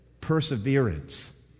Perseverance